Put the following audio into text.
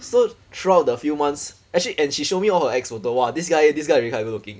so throughout the few months actually and she show me all her ex photo !wah! this guy this guy really quite good looking